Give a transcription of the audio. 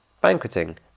banqueting